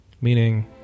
meaning